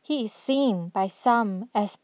he is seen by some as